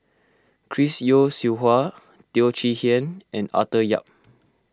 Chris Yeo Siew Hua Teo Chee Hean and Arthur Yap